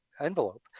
Envelope